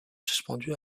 suspendus